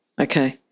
okay